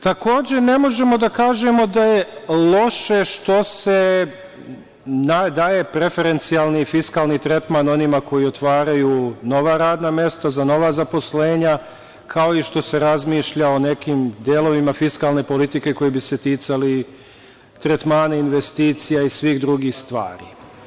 Takođe, ne možemo da kažemo da je loše što se daje preferencijalni fiskalni tretman onima koji otvaraju nova radna mesta, za nova zaposlenja, kao i što se razmišlja o nekim delovima fiskalne politike koji bi se ticali tretmana investicija i svih drugih stvari.